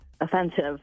offensive